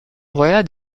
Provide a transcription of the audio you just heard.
envoya